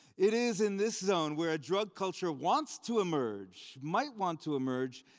it is in this zone where a drug culture wants to emerge, might want to emerge,